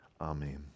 Amen